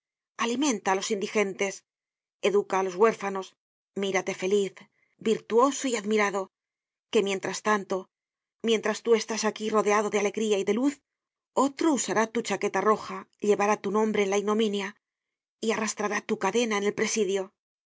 alimenta á los indigentes educa á los huérfanos mírate feliz virtuoso y admirado que mientras tanto mientras tú estás aquí rodeado de alegría y de luz otro usará tu chaqueta roja llevará tu nombre en la ignominia y arrastrará tu cadena en el presidio